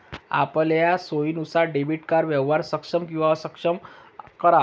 आपलया सोयीनुसार debit card व्यवहार सक्षम किंवा अक्षम करा